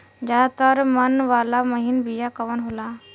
ज्यादा दर मन वाला महीन बिया कवन होला?